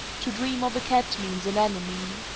to dream of a cat means an enemy.